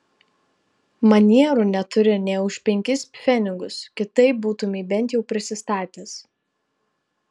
manierų neturi nė už penkis pfenigus kitaip būtumei bent jau prisistatęs